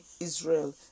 Israel